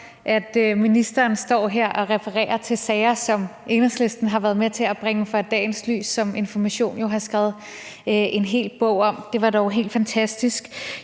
at ministeren står her og refererer til nogle sager, som Enhedslisten har været med til at bringe frem i dagens lys, og som Informations Forlag jo har udgivet en hel bog om. Det var dog helt fantastisk.